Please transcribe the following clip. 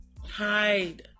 hide